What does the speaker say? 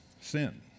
sin